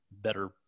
better